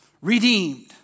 redeemed